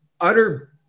utter